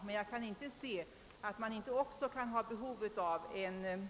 Men man skulle också ha behov av en